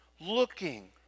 looking